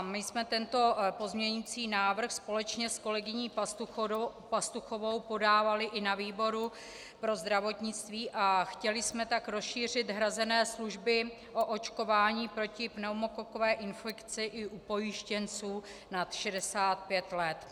My jsme tento pozměňující návrh společně s kolegyní Pastuchovou podávaly i na výboru pro zdravotnictví a chtěly jsme tak rozšířit hrazené služby o očkování proti pneumokokové infekci i u pojištěnců nad 65 let.